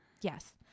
Yes